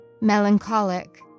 melancholic